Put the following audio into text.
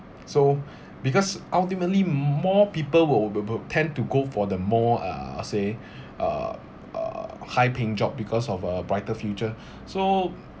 so because ultimately more people will b~ b~ tend to go for the more uh say uh uh high paying job because of a brighter future so